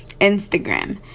Instagram